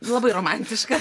labai romantiška